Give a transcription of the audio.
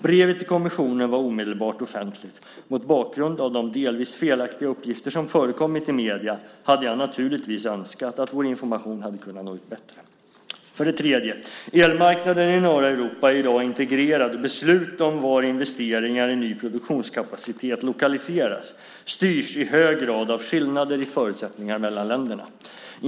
Brevet till kommissionen var omedelbart offentligt. Mot bakgrund av de delvis felaktiga uppgifter som förekommit i medierna hade jag naturligtvis önskat att vår information hade kunnat nå ut ännu bättre. 3. Elmarknaden i norra Europa är i dag integrerad, och beslut om var investeringar i ny produktionskapacitet lokaliseras styrs i hög grad av skillnader i förutsättningar mellan länderna.